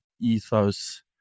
ethos